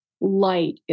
light